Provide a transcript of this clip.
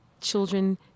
children